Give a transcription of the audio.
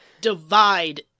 divide